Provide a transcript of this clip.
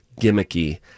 gimmicky